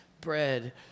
bread